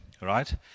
right